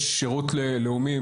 יש שירות לאומי,